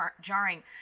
jarring